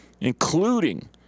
including